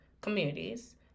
communities